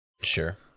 Sure